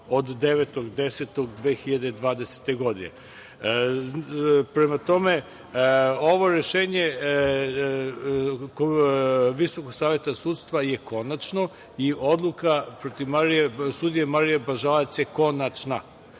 od 9. oktobra 2020. godine. Prema tome, ovo rešenje Visokog saveta sudstva je konačno i odluka protiv sudije Marije Bažalac je konačna.